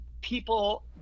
people